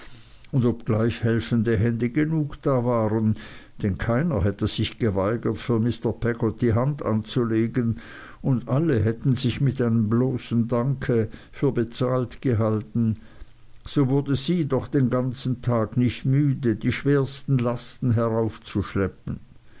und obgleich helfende hände genug da waren denn keiner hätte sich geweigert für mr peggotty hand anzulegen und alle hätten sich mit einem bloßen danke für bezahlt gehalten so wurde sie doch den ganzen tag nicht müde die schwersten lasten heraufzuschleppen